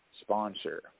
sponsor